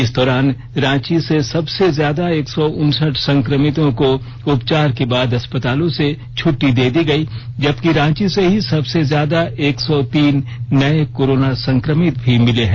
इस दौरान रांची से सबसे ज्यादा एक सौ उनसठ संक्रमितों को उपचार के बाद अस्पतालों से छट्टी दे दी गई जबकि रांची से ही सबसे ज्यादा एक सौ तीन नए कोरोना संक्रमित भी मिले हैं